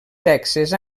sexes